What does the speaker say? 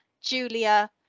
Julia